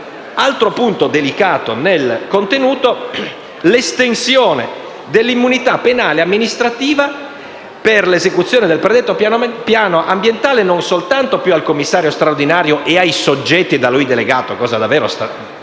altro punto delicato nel contenuto concerne l'estensione dell'immunità penale e amministrativa per l'esecuzione del predetto piano ambientale non più soltanto al commissario straordinario e ai soggetti da lui delegati (questo sì che è straordinario,